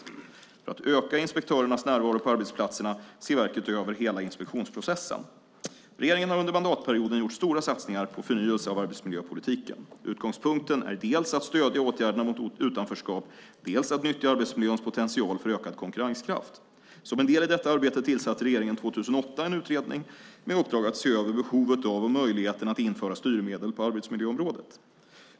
För att öka inspektörernas närvaro på arbetsplatserna ser verket över hela inspektionsprocessen. Regeringen har under mandatperioden gjort stora satsningar på en förnyelse av arbetsmiljöpolitiken. Utgångspunkten är dels att stödja åtgärderna mot utanförskap, dels att nyttja arbetsmiljöns potential för ökad konkurrenskraft. Som en del i detta arbete tillsatte regeringen 2008 en utredning med uppdrag att se över behovet av och möjligheterna att införa styrmedel på arbetsmiljöområdet.